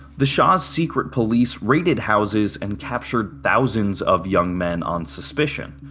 the shah's secret police raided houses and captured thousands of young men on suspicion.